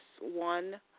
one